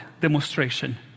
demonstration